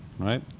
right